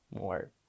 more